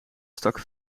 stak